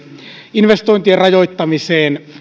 investointien rajoittamiseen